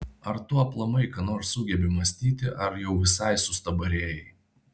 ar tu aplamai ką nors sugebi mąstyti ar jau visai sustabarėjai